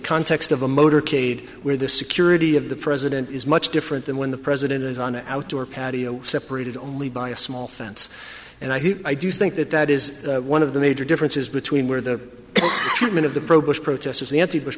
context of a motorcade where the security of the president is much different than when the president is on an outdoor patio separated only by a small fence and i do think that that is one of the major differences between where the treatment of the pro bush protesters the anti bush